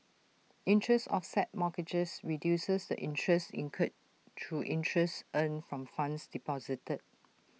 interest offset mortgages reduces the interest incurred through interest earned from funds deposited